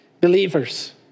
Believers